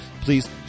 Please